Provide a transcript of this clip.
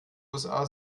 usa